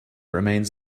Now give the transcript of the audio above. remains